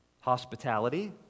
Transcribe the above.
hospitality